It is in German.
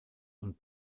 und